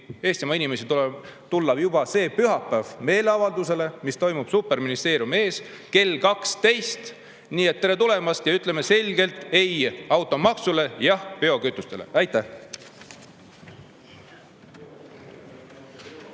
Eestimaa inimesi juba sel pühapäeval meeleavaldusele, mis toimub superministeeriumi ees kell 12. Nii et tere tulemast! Ütleme selgelt ei automaksule ning jah biokütustele. Aitäh!